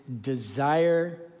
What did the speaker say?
desire